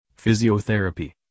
Physiotherapy